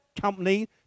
company